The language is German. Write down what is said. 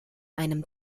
einem